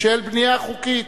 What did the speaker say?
של בנייה חוקית.